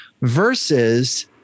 versus